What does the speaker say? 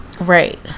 right